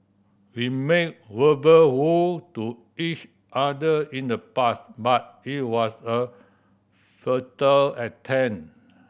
we made verbal vow to each other in the past but it was a futile attempt